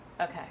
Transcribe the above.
Okay